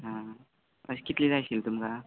आं अश कितले जाय आशिल्ले तुमकां